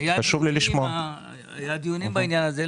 היו דיונים בעניין הזה.